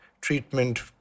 treatment